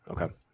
Okay